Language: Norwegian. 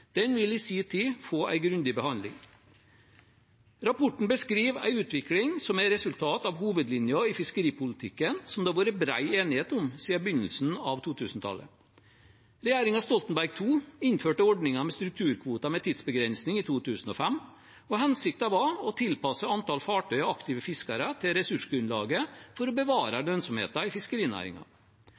Den vil i sin tid få en grundig behandling. Rapporten beskriver en utvikling som er et resultat av hovedlinjen i fiskeripolitikken som det har vært bred enighet om siden begynnelsen av 2000-tallet. Regjeringen Stoltenberg II innførte ordningen med strukturkvoter med tidsbegrensning i 2005, og hensikten var å tilpasse antall fartøy og aktive fiskere til ressursgrunnlaget for å bevare lønnsomheten i